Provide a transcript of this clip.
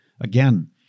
Again